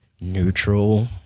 Neutral